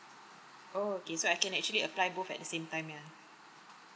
oh okay so I can actually apply both at the same time yeah